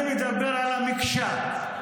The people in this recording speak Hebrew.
אני מדבר על המקשה.